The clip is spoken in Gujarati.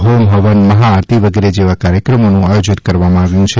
હોમ હવન મહાઆરતી વગેરે જેવા કાર્યક્રમોનું આયોજન કરવામાં આવ્યું છે